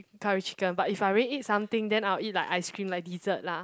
curry chicken but if I already ate something then I'll eat like ice cream like dessert lah